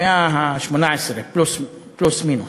במאה ה-18, פלוס-מינוס.